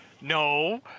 no